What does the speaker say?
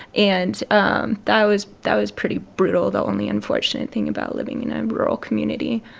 and um that was that was pretty brutal the only unfortunate thing about living in a and rural community.